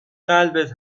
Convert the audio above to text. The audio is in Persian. قلبت